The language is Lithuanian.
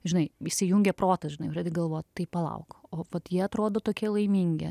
žinai įsijungia protas žinai pradedi galvot tai palauk o vat jie atrodo tokie laimingi